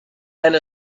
and